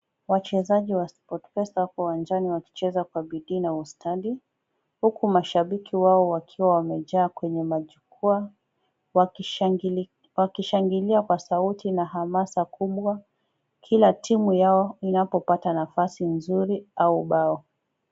Wachezaji wa sportpesa wako uwanjani wakicheza Kwa bidii na ustadi, huku mashabiki wao wakiwa wamejaa kwenye majukwaa, wakishangalia Kwa sauti na hamasa kubwa kila timu yao inapopata nafasi nzuri au mbao.